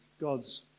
God's